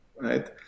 right